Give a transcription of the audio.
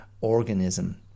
organism